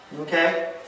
okay